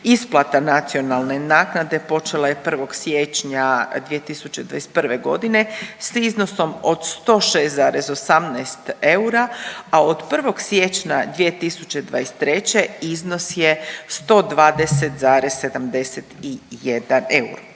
Isplata nacionalne naknade počela je 1. siječnja 2021. godine s iznosom od 106,18 eura a od 1. siječnja 2023. iznos je 120,71 euro